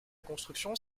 construction